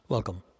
Welcome